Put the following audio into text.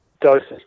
doses